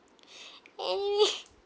anime